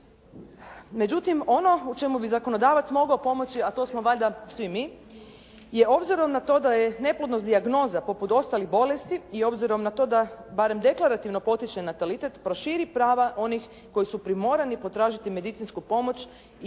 “Međutim, ono o čemu bi zakonodavac mogao pomoći, a to smo valjda svi mi, je obzirom na to da je neplodnost dijagnoza poput ostalih bolesti i obzirom na to da barem deklarativno potiče natalitet proširi prava onih koji su primorani potražiti medicinsku pomoć i